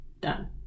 done